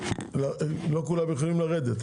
לא כולם יכולים לרדת,